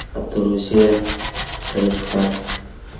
Uttar Hussain Sharif Khan